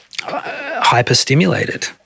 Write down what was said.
hyper-stimulated